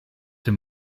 dem